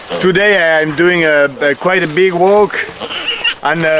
today i am doing a quite a big walk and